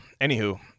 anywho